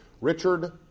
Richard